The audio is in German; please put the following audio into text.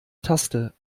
taste